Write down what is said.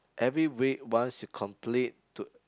every week once you complete to